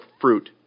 fruit